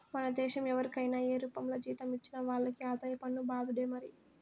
మన దేశం ఎవరికైనా ఏ రూపంల జీతం ఇచ్చినా వాళ్లకి ఆదాయ పన్ను బాదుడే మరి